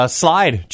slide